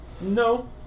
No